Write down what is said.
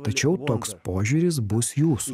tačiau toks požiūris bus jūsų